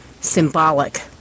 symbolic